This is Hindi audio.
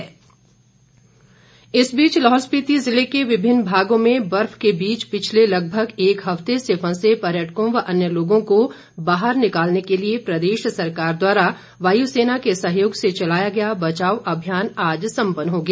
बचाव अभियान इस बीच लाहौल स्पिति जिले के विभिन्न भागों में बर्फ के बीच पिछले लगभग एक हफ्ते से फंसे पर्यटकों व अन्य लोगों को बाहर निकालने के लिए प्रदेश सरकार द्वारा वायु सेना के सहयोग से चलाया गया बचाव अभियान आज सम्पन्न हो गया